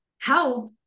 help